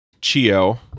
Chio